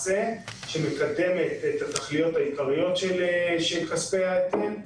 שמקדמת את התכליות העיקריות של כספי ההיטל.